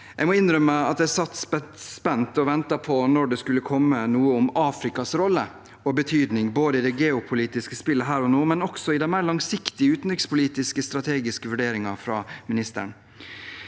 Jeg må innrømme at jeg satt spent og ventet på når det skulle komme noe om Afrikas rolle og betydning, både det geopolitiske spillet her og nå og de mer langsiktige, strategiske utenrikspolitiske vurderinger fra utenriksministeren.